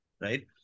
right